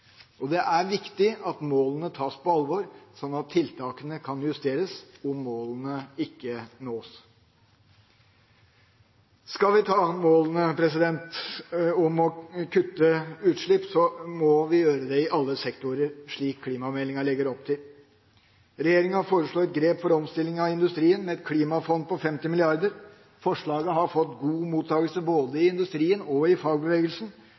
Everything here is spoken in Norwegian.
nok. Det er viktig at målene tas på alvor, slik at tiltakene kan justeres om målene ikke nås. Skal vi nå målene, må vi ha kutt i utslipp i alle sektorer, slik klimameldinga legger opp til. Regjeringa foreslo et grep for omstilling av industrien – med et klimafond på 50 mrd. kr – og forslaget har fått god mottakelse både i industrien og i fagbevegelsen.